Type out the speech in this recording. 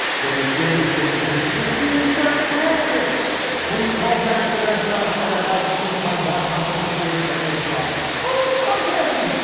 daniel shrader just produced who was being sarcastic when he called back the restaurant said, i'd like to change my wonton soup, ordered an ah egg drop, total sarcasm.